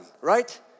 right